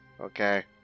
okay